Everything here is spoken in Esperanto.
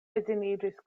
edziniĝis